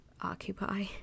occupy